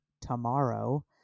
tomorrow